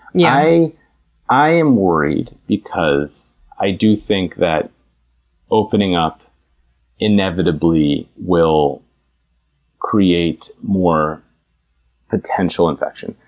yeah i i am worried because i do think that opening up inevitably will create more potential infection.